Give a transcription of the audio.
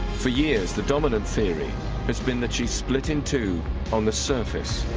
for years the dominant theory has been that she split in two on the surface